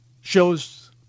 shows